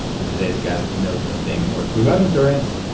and today's guest knows a thing or two about endurance,